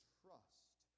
trust